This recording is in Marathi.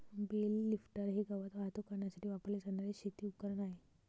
बेल लिफ्टर हे गवत वाहतूक करण्यासाठी वापरले जाणारे शेती उपकरण आहे